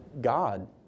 God